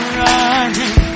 running